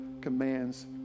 commands